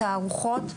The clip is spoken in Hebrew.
תערוכות,